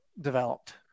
developed